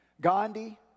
Gandhi